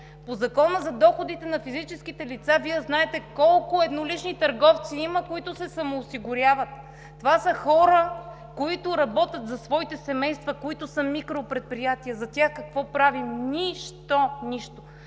По Закона за доходите на физическите лица Вие знаете колко еднолични търговци има, които се самоосигуряват. Това са хора, които работят за своите семейства, които са микропредприятия. За тях какво правим? Нищо, нищо!